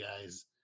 guys